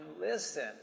listen